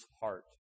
heart